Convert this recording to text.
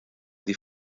die